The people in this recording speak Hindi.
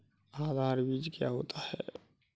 आधार बीज क्या होता है?